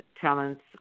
talents